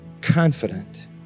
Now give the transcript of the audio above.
confident